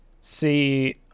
see